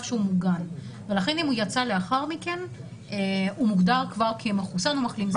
שהוא מוגן ולכן אם הוא יצא לאחר מכן הוא מוגדר כבר כמחוסן או מחלים.